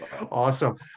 Awesome